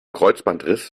kreuzbandriss